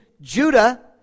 Judah